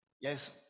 Yes